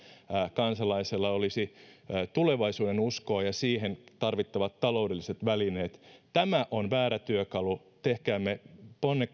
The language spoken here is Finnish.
kansalaisella olisi tulevaisuudenuskoa ja siihen tarvittavat taloudelliset välineet tämä on väärä työkalu tehkäämme